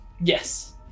Yes